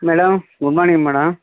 madam good morning madam